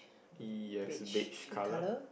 yes beige colour